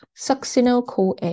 succinyl-CoA